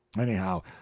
Anyhow